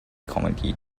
committee